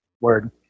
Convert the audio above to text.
Word